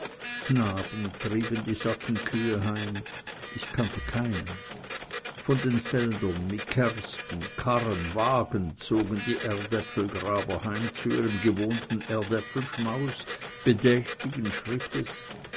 trieben die satten kühe heim ich kannte keinen von den feldern mit karsten karren wagen zogen die erdäpfelgraber heim zu ihrem gewohnten erdäpfelschmaus bedächtigen schrittes